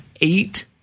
eight